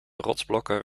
rotsblokken